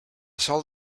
sol